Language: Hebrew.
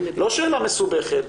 לא שאלה מסובכת,